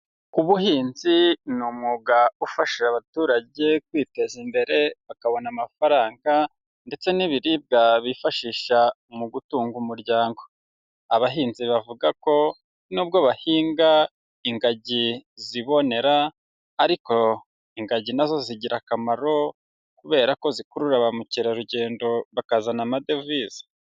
Ubuhinzi ni umwuga ufasha abaturage kwiteza imbere bakabona amafaranga ndetse n'ibiribwa bifashisha mu gutunga umuryango, abahinzi bavuga ko n'ubwo bahinga ingagi zibonera ariko ingagi na zo zigira akamaro kubera ko zikurura ba mukerarugendo bakazana amadovize.